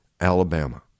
Alabama